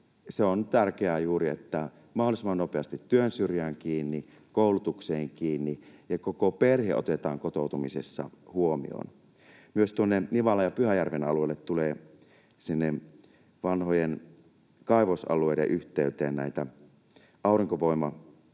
on tärkeää juuri, että mahdollisimman nopeasti työn syrjään kiinni, koulutukseen kiinni ja koko perhe otetaan kotoutumisessa huomioon. Myös Nivalan ja Pyhäjärven alueelle tulee vanhojen kaivosalueiden yhteyteen näitä